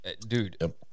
Dude